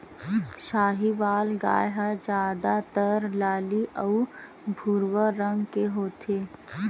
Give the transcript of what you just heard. साहीवाल गाय ह जादातर लाली अउ भूरवा रंग के होथे